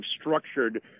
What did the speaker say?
structured